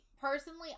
personally